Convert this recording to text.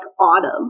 Autumn